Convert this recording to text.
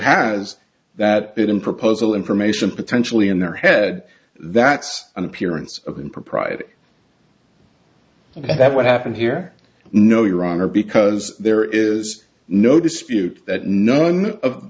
has that bit in proposal information potentially in their head that's an appearance of impropriety and that's what happened here no your honor because there is no dispute that none of